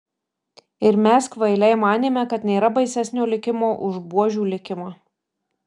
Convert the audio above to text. ir mes kvailiai manėme kad nėra baisesnio likimo už buožių likimą